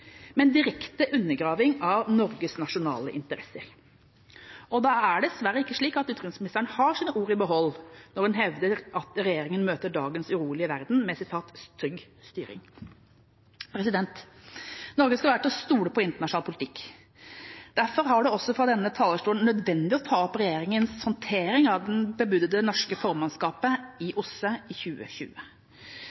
men om direkte undergraving av Norges nasjonale interesser. Og da er det dessverre ikke slik at utenriksministeren har sine ord i behold når hun hevder at regjeringa møter dagens urolige verden med «trygg styring». Norge skal være til å stole på i internasjonal politikk. Derfor har det også fra denne talerstolen vært nødvendig å ta opp regjeringas håndtering av det bebudede norske formannskapet i